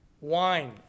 Wine